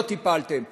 לא טיפלתם,